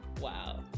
Wow